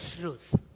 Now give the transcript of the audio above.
truth